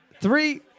three